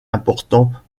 importants